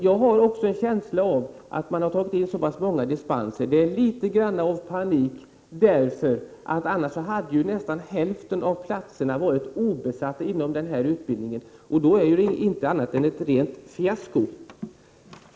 Jag har en känsla av att man litet grand i panik har antagit så pass många sökande med hjälp av dispenser. Nästan hälften av platserna inom utbildningen skulle annars blivit obesatta. Det hade varit ingenting annat än ett rent fiasko.